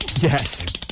Yes